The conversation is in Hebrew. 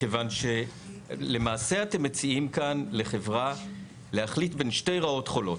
מכיוון שלמעשה אתם מציעים כאן לחברה להחליט בין שתי רעות חולות.